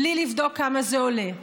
בלי לבדוק כמה זה עולה.